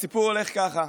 הסיפור הולך ככה: